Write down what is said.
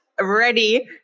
ready